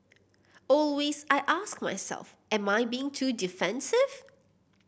always I ask myself am I being too defensive